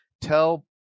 tell